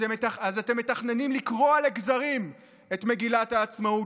אז אתם מתכננים לקרוע לגזרים את מגילת העצמאות,